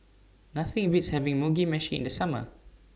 Nothing Beats having Mugi Meshi in The Summer